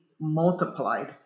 multiplied